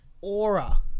aura